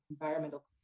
environmental